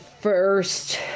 first